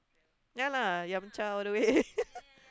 ya lah yum-cha all the way